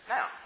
Now